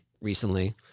recently